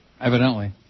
Evidently